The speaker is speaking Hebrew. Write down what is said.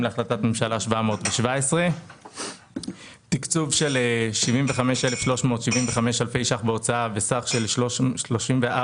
להחלטת ממשלה 717. תקצוב של 75,375 אלפי שקלים בהוצאה וסך של 34,512